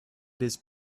these